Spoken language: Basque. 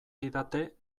didate